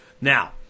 Now